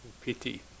pity